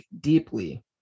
deeply